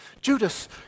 Judas